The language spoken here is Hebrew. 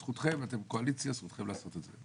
זכותכם, אתם קואליציה, זכותכם לעשות את זה.